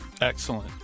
Excellent